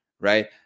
right